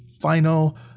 final